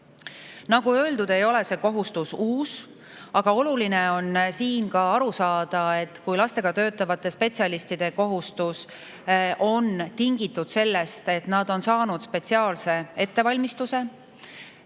öeldud, ei ole see kohustus uus. Aga oluline on siin aru saada, et kui lastega töötavate spetsialistide kohustus on tingitud sellest, et nad on saanud spetsiaalse ettevalmistuse,